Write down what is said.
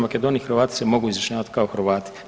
Makedoniji, Hrvati se mogu izjašnjavat kao Hrvati.